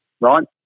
right